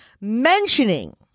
mentioning